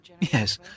Yes